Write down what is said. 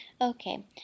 Okay